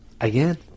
again